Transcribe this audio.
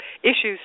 issues